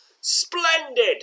Splendid